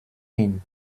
hin